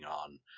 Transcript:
on